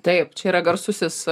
taip čia yra garsusis